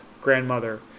grandmother